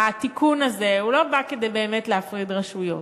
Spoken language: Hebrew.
התיקון הזה, הוא לא בא כדי באמת להפריד רשויות.